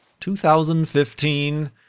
2015